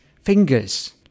fingers